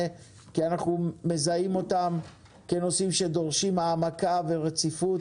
שאנחנו מזהים אותם כנושאים שדורשים העמקה ורציפות